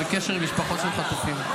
עם משפחות של חטופים.